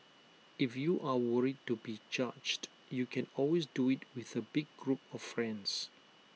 if you are worried to be judged you can always do IT with A big group of friends